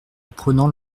prenant